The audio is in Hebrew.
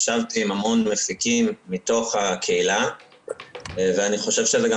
ישבתי עם המון אנשים מהקהילה ואני חושב שזה גם